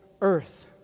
earth